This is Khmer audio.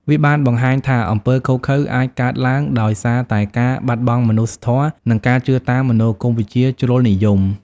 វាបានបង្ហាញថាអំពើឃោរឃៅអាចកើតឡើងដោយសារតែការបាត់បង់មនុស្សធម៌ និងការជឿតាមមនោគមវិជ្ជាជ្រុលនិយម។